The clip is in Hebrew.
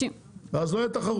אז לא תהיה תחרות.